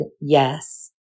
yes